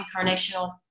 incarnational